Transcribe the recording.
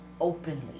openly